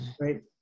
right